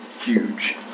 huge